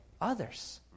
others